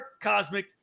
Cosmic